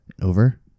Over